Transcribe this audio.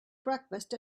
breakfast